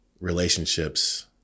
relationships